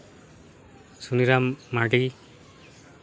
Suniram Mardi